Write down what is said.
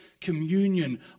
Communion